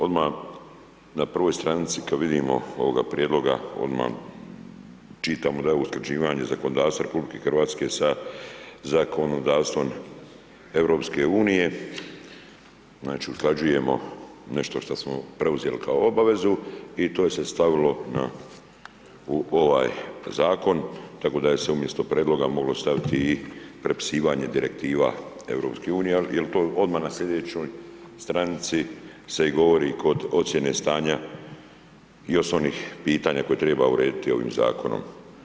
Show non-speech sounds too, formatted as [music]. Odmah na prvoj stranici kada vidimo ovoga prijedloga odmah čitamo … [unintelligible] zakonodavstva RH sa zakonodavstvom EU, znači usklađujemo nešto što smo preuzeli kao obavezu i to je se stavilo na u ovaj zakon, tako da se je umjesto prijedloga moglo staviti i prepisivanje direktive EU, jer to odmah na sljedećoj stranici se i govori kod ocjene stanja i još s onih pitanja koje treba urediti ovim zakonom.